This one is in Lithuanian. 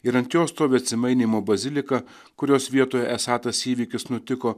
ir ant jo stovi atsimainymo bazilika kurios vietoje esą tas įvykis nutiko